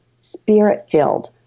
spirit-filled